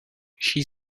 she